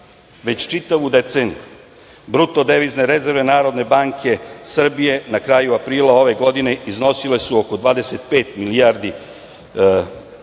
već čitavu deceniju. Bruto devizne rezerve Narodne banke Srbije na kraju aprila ove godine iznosile su oko 25 milijardi evra